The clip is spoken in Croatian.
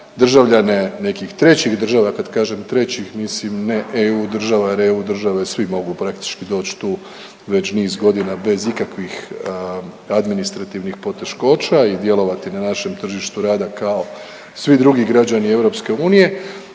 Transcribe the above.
državljane nekih trećih država, kad kažem trećih mislim ne EU država jer u EU države svi mogu praktički doći tu već niz godina bez ikakvih administrativnih poteškoća i djelovati na našem tržištu rada kao svi drugi građani EU.